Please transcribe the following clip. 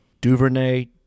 Duvernay